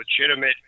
legitimate